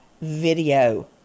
video